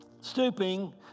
Stooping